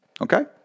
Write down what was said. Okay